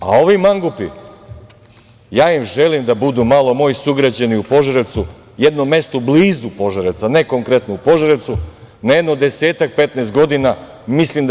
A ovi mangupi, ja im želim da budu malo moji sugrađani u Požarevcu, jedno mesto blizu Požarevca, ne konkretno u Požarevcu, na jedno desetak, 15 godina, mislim da